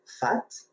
fat